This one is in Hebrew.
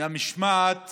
מהמשמעת